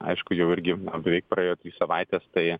aišku jau irgi na beveik praėjo trys savaitės tai